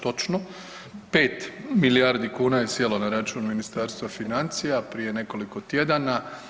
Točno, 5 milijardi kuna je sjelo na račun Ministarstva financija prije nekoliko tjedana.